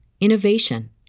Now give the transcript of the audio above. innovation